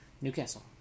Newcastle